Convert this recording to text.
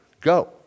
go